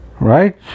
Right